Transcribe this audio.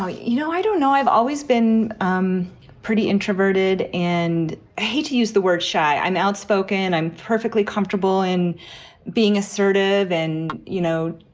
ah you know, i don't know. i've always been um pretty introverted and to use the word shy. i'm outspoken. i'm perfectly comfortable in being assertive and, you know,